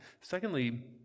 Secondly